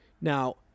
Now